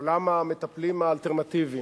עולם המטפלים האלטרנטיביים.